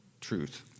truth